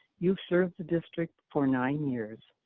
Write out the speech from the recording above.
you served the district for nine years,